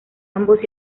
ambos